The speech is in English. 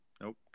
Nope